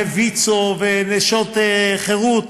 וויצ"ו ונשות חרות,